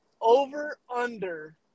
Over-under